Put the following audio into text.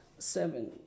seven